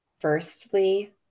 firstly